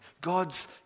God's